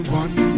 one